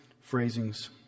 phrasings